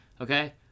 okay